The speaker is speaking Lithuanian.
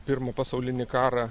pirmą pasaulinį karą